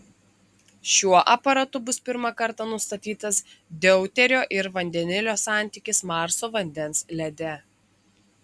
šiuo aparatu bus pirmą kartą nustatytas deuterio ir vandenilio santykis marso vandens lede